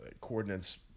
coordinates